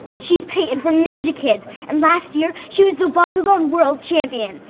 she's payton from ninja kidz, and last year she was the bakugan world champion!